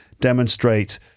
demonstrate